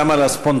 גם על הספונטניות.